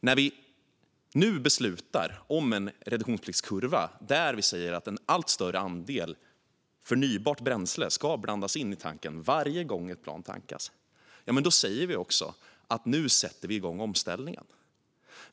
När vi nu beslutar om en reduktionspliktskurva, där vi säger att en allt större andel förnybart bränsle ska blandas in i tanken varje gång ett plan tankas, säger vi också att nu sätter vi igång omställningen.